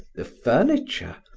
the furniture,